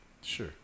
Sure